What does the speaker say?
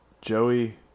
Joey